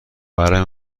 برای